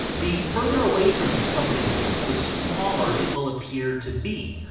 the further away from you something is, the smaller it will appear to be.